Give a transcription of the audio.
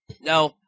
No